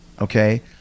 okay